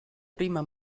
prima